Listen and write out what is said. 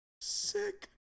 sick